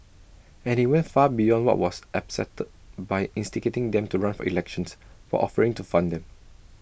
and he went far beyond what was acceptable by instigating them to run for elections while offering to fund them